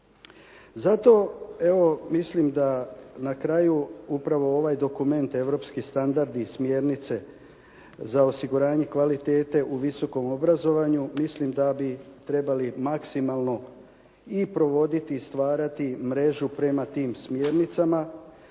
evo mislim na kraju upravo ovaj dokument Europski standardi i smjernice za osiguranje kvalitete u visokom obrazovanju, mislim da bi trebali maksimalno i provoditi i stvarati mrežu prema tim smjernicama.